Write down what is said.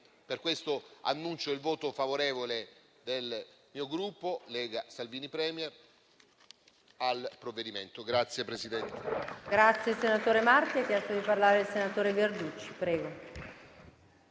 Per questo annuncio il voto favorevole del mio Gruppo Lega Salvini Premier al provvedimento in esame.